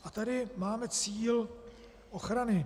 A tady máme cíl ochrany.